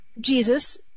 Jesus